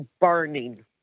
burning